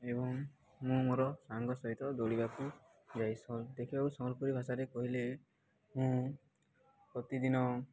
ଏବଂ ମୁଁ ମୋର ସାଙ୍ଗ ସହିତ ଦୌଡ଼ିବାକୁ ଯାଇସନ୍ ଦେଖିବାକୁ ସମ୍ବଲପୁରୀ ଭାଷାରେ କହିଲେ ମୁଁ ପ୍ରତିଦିନ